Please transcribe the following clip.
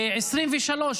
ב-2023,